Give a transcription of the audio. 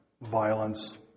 violence